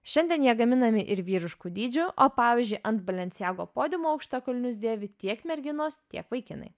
šiandien jie gaminami ir vyriškų dydžių o pavyzdžiui ant balenciago podiumo aukštakulnius dėvi tiek merginos tiek vaikinai